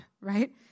right